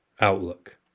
outlook